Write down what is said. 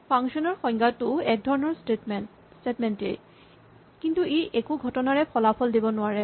function ৰ সংজ্ঞাটোও এক ধৰণৰ স্টেটমেন্ট এই কিন্তু ই একো ঘটনাৰে ফলাফল দিব নোৱাৰে